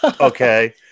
Okay